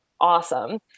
awesome